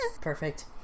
Perfect